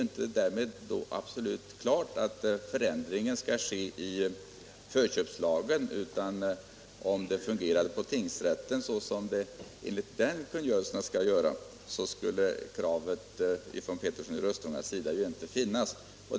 Därmed är det inte absolut klart att förändringen skall ske i förköpslagen. Men om det fungerar på en tingsrätt som det enligt gällande kungörelse skall göra så skulle inte kravet från herr Petersson i Röstånga finnas.